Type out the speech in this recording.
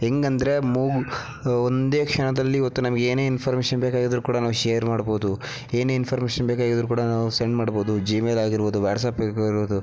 ಹೇಗಂದ್ರೆ ಮೂ ಒಂದೇ ಕ್ಷಣದಲ್ಲಿ ಇವತ್ತು ನಮ್ಗೆ ಏನೇ ಇನ್ಫಾರ್ಮೇಷನ್ ಬೇಕಾಗಿದ್ರು ಕೂಡ ನಾವು ಶೇರ್ ಮಾಡ್ಬೋದು ಏನೇ ಇನ್ಫಾರ್ಮೇಷನ್ ಬೇಕಾಗಿದ್ರು ಕೂಡ ನಾವು ಸೆಂಡ್ ಮಾಡ್ಬೋದು ಜಿಮೇಲ್ ಆಗಿರ್ಬೋದು ವ್ಯಾಟ್ಸಾಪ್ ಬೇಕಾರೂ ಇರ್ಬೋದು